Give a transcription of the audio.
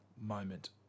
moment